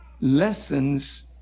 lessons